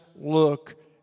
look